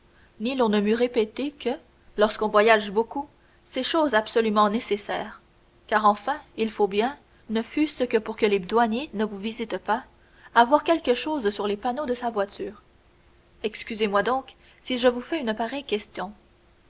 l'on ne m'eût répété que lorsqu'on voyage beaucoup c'est chose absolument nécessaire car enfin il faut bien ne fût-ce que pour que les douaniers ne vous visitent pas avoir quelque chose sur les panneaux de sa voiture excusez-moi donc si je vous fais une pareille question